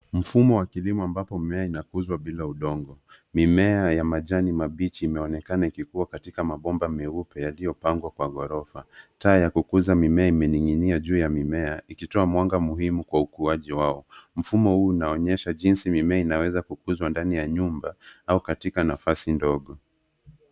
Mfumo wa kilimo ambapo mimea inakuzwa bila udongo. Mimea ya majani mabichi imeonekana ikikua katika mabomba meupe yaliopangwa kwa ghorofa. Taa ya kukuza mimea imening'inia juu ya mimea, ikitoa mwanga muhimu kwa ukuaji wao. Mfumo huu unaonyesha jinsi mimea inaweza kukuzwa ndani ya nyumba, au chumba kidogo.